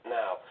now